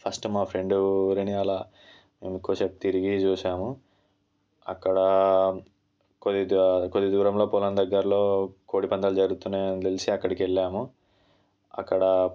first మా friend మేం ఎక్కువసేపు తిరిగి చూసాము అక్కడ కొద్ది కొద్ది దూరంలో పొలం దగ్గర్లో కోడిపందాలు జరుగుతున్నాయి అని తెలిసి అక్కడికి వెళ్ళాము అక్కడ